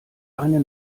eine